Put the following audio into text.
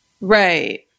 right